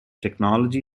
technology